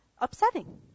upsetting